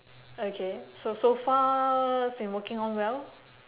okay so so far it's been working along well